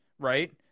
right